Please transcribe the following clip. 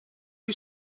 you